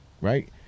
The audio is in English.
Right